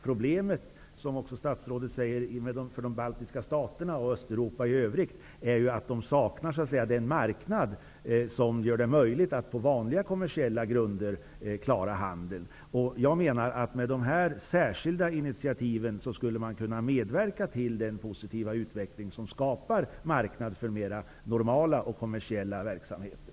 Problemet för de baltiska staterna och Östeuropa i övrigt, som även statsrådet framhåller, är att de saknar den marknad som gör det möjligt att på vanliga kommersiella grunder klara handeln. Med dessa särskilda initiativ skulle det gå att medverka till den positiva utveckling som skapar en marknad för mer normala och kommersiella verksamheter.